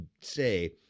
say